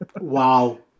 Wow